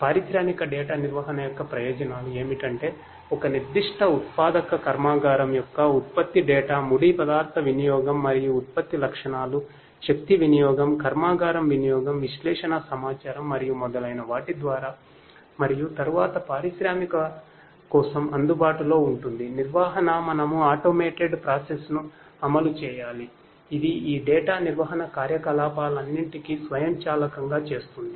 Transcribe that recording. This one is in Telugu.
పారిశ్రామిక డేటా నిర్వహణ కార్యకలాపాలన్నింటినీ స్వయంచాలకంగా చేస్తుంది